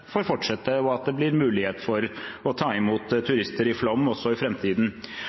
fortsette, og at det blir mulig å ta imot turister i Flåm også i